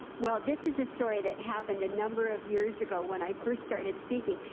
well this is a story that happened a number of years ago when i first started speaking,